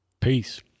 Peace